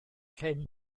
llyn